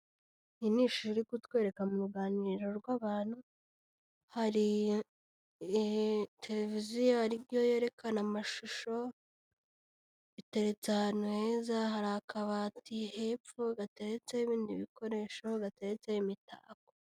Iyi ni ishusho iri kutwereka mu ruganiriro rw'abantu, hari tereviziyo ari yo yerekana amashusho, iteretse ahantu heza, hari akabati hepfo gateretseho ibindi bikoresho, gateretseho imitako.